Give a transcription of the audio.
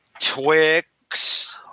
Twix